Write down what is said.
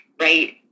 right